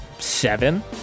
seven